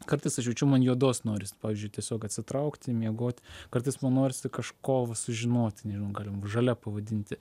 kartais aš jaučiu man juodos noris pavyzdžiui tiesiog atsitraukti miegot kartais man norisi kažko va sužinoti nežinau galim žalia pavadinti